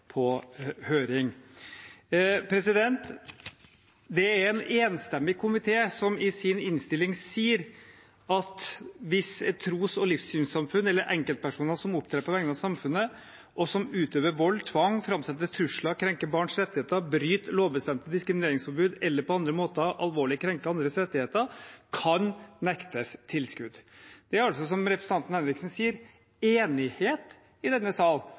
på høring. Det er en enstemmig komité som i sin innstilling sier at: «et tros- eller livssynssamfunn, eller enkeltpersoner som opptrer på vegne av samfunnet, og som utøver vold eller tvang, fremsetter trusler, krenker barns rettigheter, bryter lovbestemte diskrimineringsforbud eller på andre måter alvorlig krenker andres rettigheter og friheter, kan nektes tilskudd.» Det er altså, som representanten Henriksen sier, enighet i denne sal